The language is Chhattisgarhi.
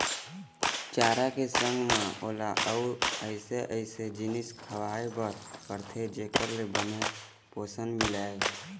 चारा के संग म ओला अउ अइसे अइसे जिनिस खवाए बर परथे जेखर ले बने पोषन मिलय